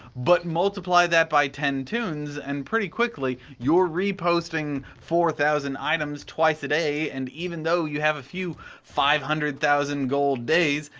but multiply that ten toons and pretty quickly you're reposting four thousand items twice a day and even though you have a few five hundred thousand gold days,